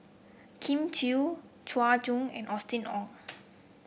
Elim Chew Chua Joon and Austen Ong